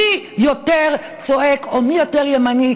מי יותר צועק או מי יותר ימני,